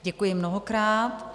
Děkuji mnohokrát.